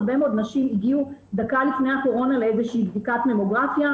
הרבה מאוד נשים הגיעו דקה לפני הקורונה לאיזה שהיא בדיקת ממוגרפיה,